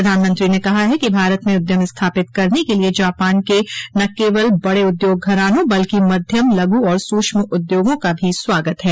प्रधानमंत्री ने कहा है कि भारत में उद्यम स्थापित करने के लिए जापान के न केवल बड़े उद्योग घरानों बल्कि मध्यम लघु और सूक्ष्म उद्योगों का भी स्वागत है